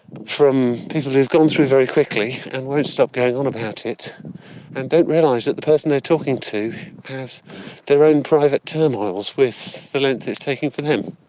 from people who've gone through very quickly and won't stop going on about it and don't realise that the person they're talking to has their own private turmoils with the length it's taking for them.